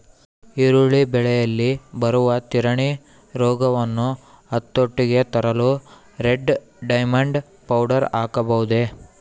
ಈರುಳ್ಳಿ ಬೆಳೆಯಲ್ಲಿ ಬರುವ ತಿರಣಿ ರೋಗವನ್ನು ಹತೋಟಿಗೆ ತರಲು ರೆಡ್ ಡೈಮಂಡ್ ಪೌಡರ್ ಹಾಕಬಹುದೇ?